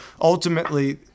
Ultimately